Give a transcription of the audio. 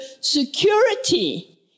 security